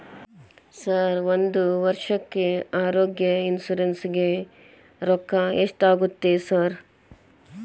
Sir ಒಂದು ವರ್ಷಕ್ಕೆ ಆರೋಗ್ಯ ಇನ್ಶೂರೆನ್ಸ್ ಗೇ ರೊಕ್ಕಾ ಎಷ್ಟಾಗುತ್ತೆ ಸರ್?